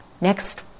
Next